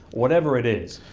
whatever it is,